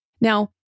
Now